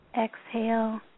exhale